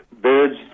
birds